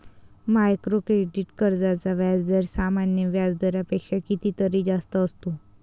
micro credit कर्जांचा व्याजदर सामान्य व्याज दरापेक्षा कितीतरी जास्त असतो